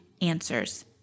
answers